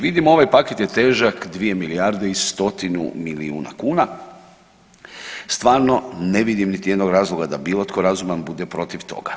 Vidimo ovaj je paket težak 2 milijarde i stotinu milijuna kuna, stvarno ne vidim nijednog razloga da bilo tko razuman bude protiv toga.